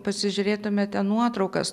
pasižiūrėtumėte nuotraukas